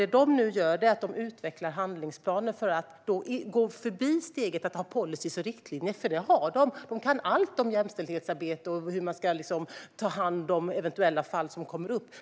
Det de nu gör är att utveckla handlingsplaner för att gå förbi steget att ha policyer och riktlinjer, för det har de - de kan allt om jämställdhetsarbete och hur man ska ta hand om eventuella fall som kommer upp.